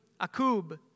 Akub